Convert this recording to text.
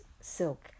silk